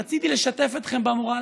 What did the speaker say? רציתי לשתף אתכם במורל,